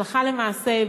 הלכה למעשה,